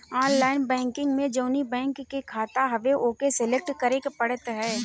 online banking में जवनी bank के खाता हवे ओके सलेक्ट करे के पड़त हवे